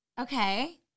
Okay